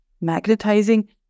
magnetizing